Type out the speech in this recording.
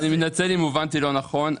אני מתנצל אם הובנתי לא נכון.